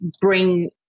bring